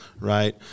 Right